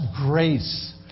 grace